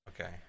Okay